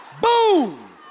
boom